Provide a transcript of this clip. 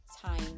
time